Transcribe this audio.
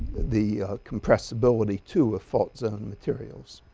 the compressibility, too, of fault zone materials.